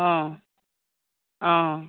অঁ অঁ